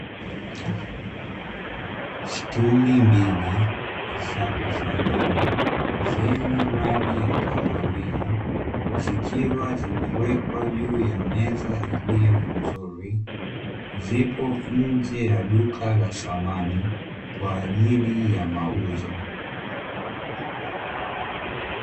Stuli mbili za kufanana zenye rangi ya kahawia, zikiwa zimewekwa juu ya meza iliyo nzuri, zipo nje ya duka la samani kwa ajili ya mauzo.